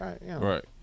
Right